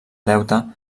deute